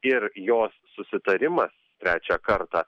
ir jos susitarimas trečią kartą